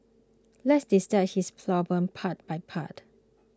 let's dissect this problem part by part